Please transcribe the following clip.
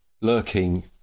lurking